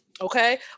Okay